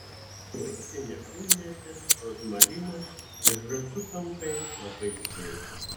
vaistinė šunmėtė rozmarinas ir žąsų taukai labai sveika